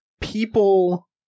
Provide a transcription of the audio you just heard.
people